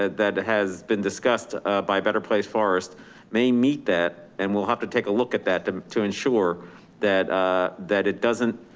that that has been discussed by better place. forest may meet that and we'll have to take a look at that to to ensure that that it doesn't